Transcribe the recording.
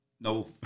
No